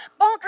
Bonkers